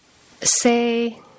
say